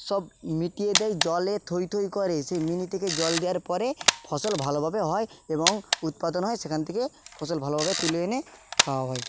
সব মিটিয়ে দেয় জলে থইথই করে সেই মিনি থেকে জল দেওয়ার পরে ফসল ভালোভাবে হয় এবং উৎপাদন হয় সেখান থেকে ফসল ভালোভাবে তুলে এনে খাওয়া হয়